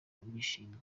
bishimye